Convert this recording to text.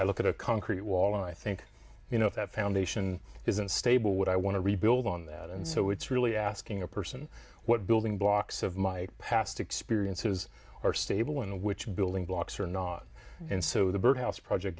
i look at a concrete wall i think you know if that foundation isn't stable what i want to rebuild on that and so it's really asking a person what building blocks of my past experiences is or stable in which building blocks or not and so the birdhouse project